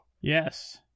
Yes